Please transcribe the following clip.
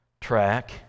track